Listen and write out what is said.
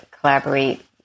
collaborate